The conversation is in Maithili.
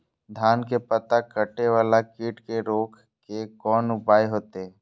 धान के पत्ता कटे वाला कीट के रोक के कोन उपाय होते?